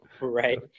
Right